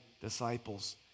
disciples